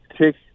take